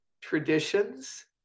traditions